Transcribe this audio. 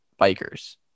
bikers